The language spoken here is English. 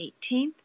18th